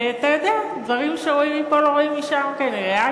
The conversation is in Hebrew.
ואתה יודע, דברים שרואים מפה לא רואים משם כנראה.